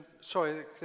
Sorry